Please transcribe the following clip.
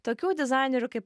tokių dizainerių kaip